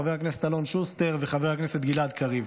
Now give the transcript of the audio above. חבר הכנסת אלון שוסטר וחבר הכנסת גלעד קריב.